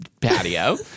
patio